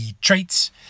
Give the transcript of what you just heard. traits